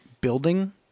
building